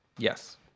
yes